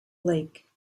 lake